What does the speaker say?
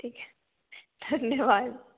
ठीक है धन्यवाद